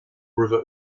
river